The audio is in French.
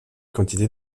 quantité